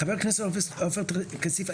חבר הכנסת עופר כסיף,